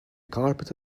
carpet